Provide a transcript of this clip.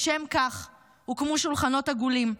לשם כך הוקמו שולחנות עגולים,